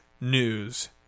news